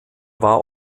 war